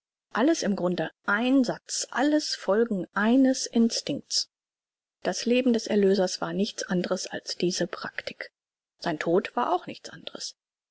alles im grunde ein satz alles folgen eines instinkts das leben des erlösers war nichts andres als diese praktik sein tod war auch nichts